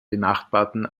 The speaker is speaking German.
benachbarten